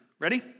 Ready